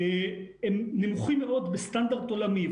הם נמוכים מאוד בסטנדרט עולמי.